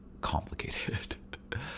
complicated